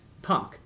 Punk